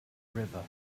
river